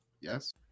yes